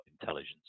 intelligence